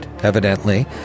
evidently